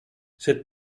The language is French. c’est